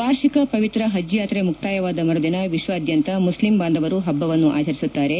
ವಾರ್ಷಿಕ ಪವಿತ್ರ ಹಜ್ ಯಾತ್ರೆ ಮುಕ್ತಾಯವಾದ ಮರುದಿನ ವಿಶ್ವಾದ್ಯಂತ ಮುಸ್ಲಿಮ್ ಬಾಂಧವರು ಹಬ್ಲವನ್ನು ಆಚರಿಸುತ್ತಾರೆ